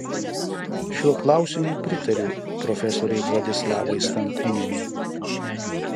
šiuo klausimu pritariu profesorei vladislavai stankūnienei